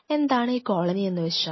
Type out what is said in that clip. എന്താണ് ഈ കോളനി എന്ന് വെച്ചാൽ